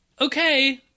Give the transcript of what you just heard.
okay